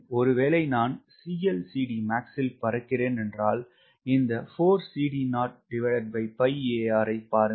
ஒருவேளை நான் ல் பறக்கிறேன் என்றால் இந்த ஐ பாருங்கள்